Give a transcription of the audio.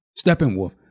Steppenwolf